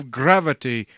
gravity